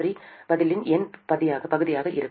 3 பதிலின் எண் பகுதியாக இருக்கும்